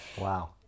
Wow